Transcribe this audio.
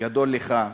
גדול לך,